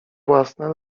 własne